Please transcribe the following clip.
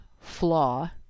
flaw